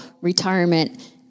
retirement